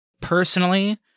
Personally